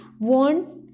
wants